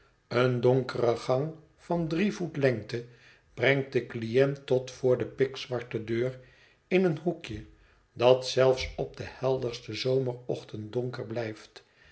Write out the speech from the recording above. een donkere gang van drie voet lengte brengt den cliënt tot voor de pikzwarte deur in een hoekje dat zelfs op den heldersten zomerochtend donker blijft